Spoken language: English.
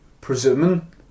presuming